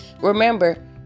Remember